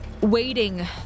waiting